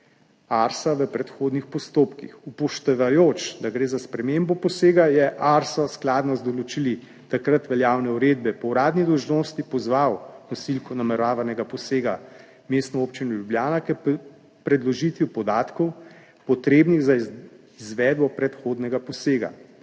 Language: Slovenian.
ARSA v predhodnih postopkih. Upoštevajoč, da gre za spremembo posega, je ARSO skladno z določili takrat veljavne uredbe po uradni dolžnosti pozval nosilko nameravanega posega, Mestno občino Ljubljana, k predložitvi podatkov, potrebnih za izvedbo predhodnega posega.